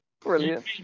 Brilliant